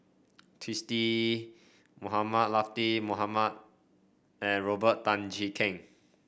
Twisstii Mohamed Latiff Mohamed and Robert Tan Jee Keng